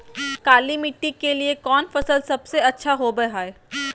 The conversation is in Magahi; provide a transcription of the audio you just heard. काली मिट्टी के लिए कौन फसल सब से अच्छा होबो हाय?